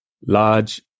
large